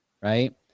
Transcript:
right